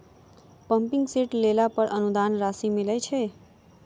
Pumping set लेला पर अनुदान राशि मिलय छैय?